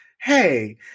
Hey